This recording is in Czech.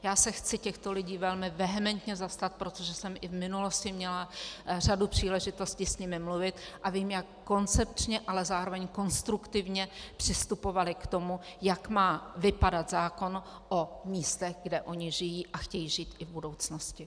Já se chci těchto lidí velmi vehementně zastat, protože jsem i v minulosti měla řadu příležitostí s nimi mluvit a vím, jak koncepčně, ale zároveň konstruktivně přistupovali k tomu, jak má vypadat zákon o místech, kde oni žijí a chtějí žít i v budoucnosti.